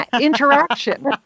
interaction